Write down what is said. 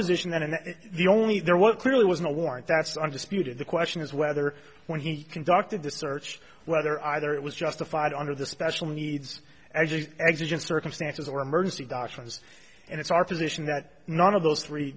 position that and the only there was clearly was no warrant that's undisputed the question is whether when he conducted the search whether either it was justified under the special needs exigent circumstances or emergency doctrines and it's our position that none of those three